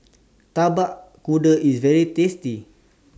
Tapak Kuda IS very tasty